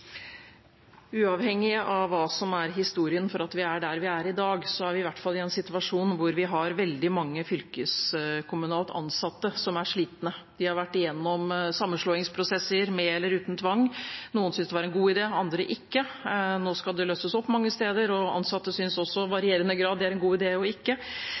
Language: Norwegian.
historien for at vi er der vi er i dag, er vi i hvert fall i en situasjon hvor vi har veldig mange fylkeskommunalt ansatte som er slitne. De har vært igjennom sammenslåingsprosesser, med eller uten tvang. Noen synes det var en god idé, andre ikke. Nå skal det løses opp mange steder, og ansatte synes også i varierende grad at det er en god